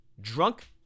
drunk